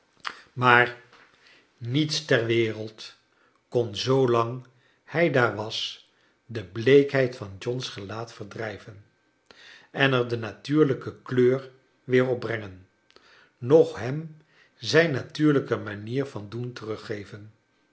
maar niets ter wereld kon zoolang hij daar was de bleekheid van john's gelaat verdrijven en er de iiatuurlijke kleur weer op brengen noch hem zijn natuurlijke manier van doen teruggeven